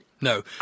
no